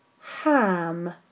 Ham